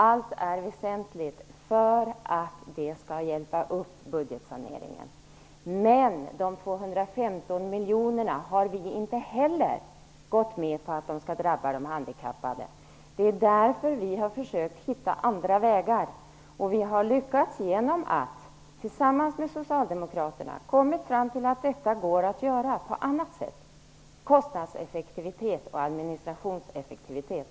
Allt är väsentligt för att man skall kunna bidra till budgetsaneringen. Inte heller vi har gått med på att besparingen på Det är ju därför som vi har försökt att hitta andra vägar. Och det har vi lyckats med genom att vi tillsammans med socialdemokraterna har kommit fram till att besparingen går att göra på annat sätt, nämligen genom kostnadseffektivitet och administrationseffektivitet.